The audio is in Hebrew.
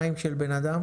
נתונים אמיתיים,